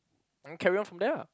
then carry on from there lah